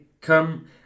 come